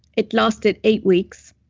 it lasted eight weeks.